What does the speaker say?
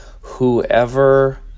whoever